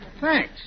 Thanks